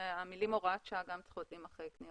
המילים "הוראת שעה" גם צריכות להימחק כי